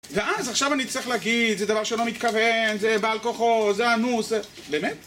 ואז עכשיו אני צריך להגיד, זה דבר שלא מתכוון, זה בעל כוחו, זה אנוס, זה... באמת?